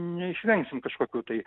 neišvengsim kažkokių tai